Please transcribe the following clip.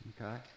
okay